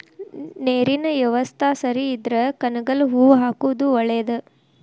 ನೇರಿನ ಯವಸ್ತಾ ಸರಿ ಇದ್ರ ಕನಗಲ ಹೂ ಹಾಕುದ ಒಳೇದ